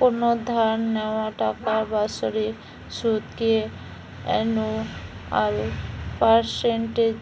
কোনো ধার নেওয়া টাকার বাৎসরিক সুধ কে অ্যানুয়াল পার্সেন্টেজ